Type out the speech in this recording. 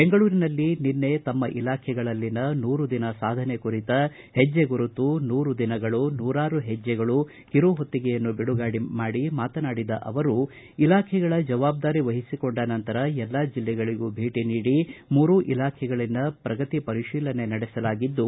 ಬೆಂಗಳೂರಿನಲ್ಲಿ ನಿನ್ನೆ ತಮ್ಮ ಇಲಾಖೆಗಳಲ್ಲಿನ ನೂರು ದಿನ ಸಾಧನೆ ಕುರಿತ ಹೆಜ್ಜೆ ಗುರುತು ನೂರು ದಿನಗಳು ನೂರಾರು ಹೆಜ್ಜೆಗಳು ಕಿರು ಹೊತ್ತಿಗೆಯನ್ನು ಬಿಡುಗಡೆ ಮಾಡಿ ಮಾತನಾಡಿದ ಅವರು ಇಲಾಖೆಗಳ ಜವಾಬ್ದಾರಿ ವಹಿಸಿಕೊಂಡ ನಂತರ ಎಲ್ಲಾ ಜೆಲ್ಲೆಗಳಗೂ ಭೇಟಿ ನೀಡಿ ಮೂರೂ ಇಲಾಖೆಗಳಲ್ಲಿನ ಪ್ರಗತಿ ಪರಿಶೀಲನೆ ನಡೆಸಲಾಗಿದ್ದು